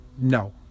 No